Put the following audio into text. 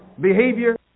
Behavior